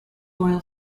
royal